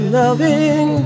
loving